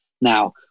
Now